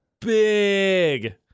Big